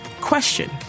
Question